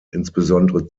insbesondere